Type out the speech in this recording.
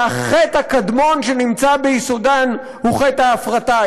שהחטא הקדמון שנמצא ביסודן הוא חטא ההפרטה?